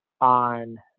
on